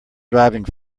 driving